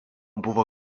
buvo